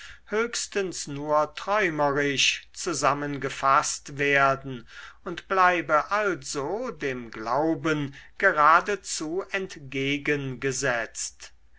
höchstens nur träumerisch zusammengefaßt werden und bleibe also dem glauben geradezu entgegengesetzt